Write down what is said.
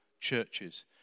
churches